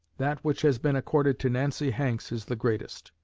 that which has been accorded to nancy hanks is the greatest.